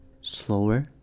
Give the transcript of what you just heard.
slower